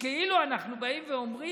שבה כאילו אנחנו באים ואומרים: